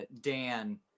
dan